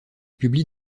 publie